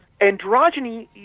androgyny